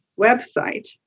website